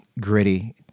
gritty